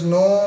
no